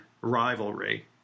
rivalry